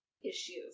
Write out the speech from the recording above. issues